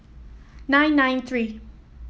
nine nine three